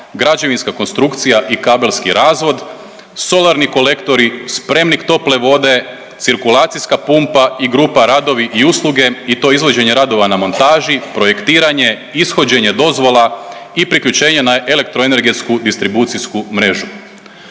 građevinska konstrukcija i kabelski razvod, solarni kolektori, spremnik tople vode, cirkulacijska pumpa i grupa radovi i usluge i to izvođenje radova na montaži, projektiranje, ishođenje dozvola i priključenje na elektroenergetsku distribucijsku mrežu.